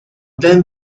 then